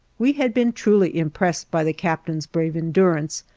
we had been truly impressed by the captain's brave endurance,